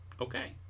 Okay